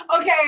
Okay